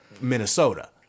Minnesota